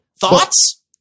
Thoughts